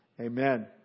Amen